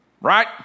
Right